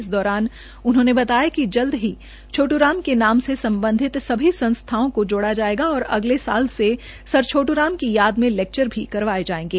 इस दौरान उन्होंने बताया कि जल्द ही छोटूराम के नाम से संबंधित सभी संस्थाओं को जोड़ा जाएगा और अगले साल से सार छोटूराम की याद में लेक्चर भी करवायें जायेंगे